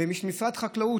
ומשרד החקלאות,